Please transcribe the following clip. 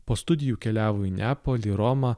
po studijų keliavo į neapolį romą